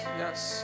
yes